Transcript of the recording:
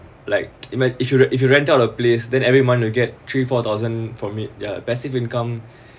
like if you if you rent out of place then every month you get three four thousand from it ya passive income